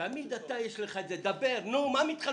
אסף אמיר, חבר מפיק,